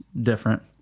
different